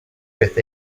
with